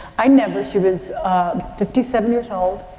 i never she was fifty seven years old,